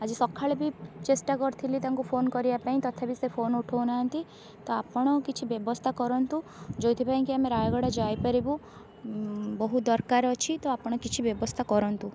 ଆଜି ସକାଳେ ବି ଚେଷ୍ଟା କରିଥିଲି ତାଙ୍କୁ ଫୋନ୍ କରିବା ପାଇଁ ତଥାପି ବି ସେ ଫୋନ୍ ଉଠାଉ ନାହାଁନ୍ତି ତ ଆପଣ କିଛି ବ୍ୟବସ୍ଥା କରନ୍ତୁ ଯେଉଁଥିପାଇଁ କି ଆମେ ରାୟଗଡ଼ା ଯାଇପାରିବୁ ବହୁତ ଦରକାର ଅଛି ତ ଆପଣ କିଛି ବ୍ୟବସ୍ଥା କରନ୍ତୁ